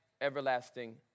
everlasting